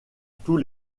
tous